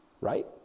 Right